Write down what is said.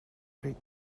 rih